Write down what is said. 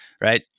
right